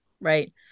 right